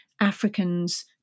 Africans